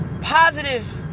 positive